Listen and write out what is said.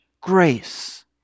grace